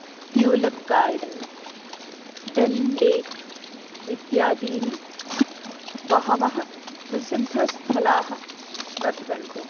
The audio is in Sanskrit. ट्यूलब् गार्डन् दल् लेक् इत्यादीनि बहवः प्रसिद्धस्थलानि वर्तन्ते